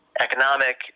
economic